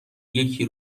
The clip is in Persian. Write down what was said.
یکی